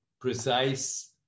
precise